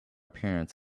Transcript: parents